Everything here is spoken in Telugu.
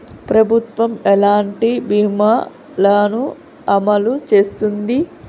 ప్రభుత్వం ఎలాంటి బీమా ల ను అమలు చేస్తుంది?